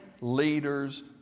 leaders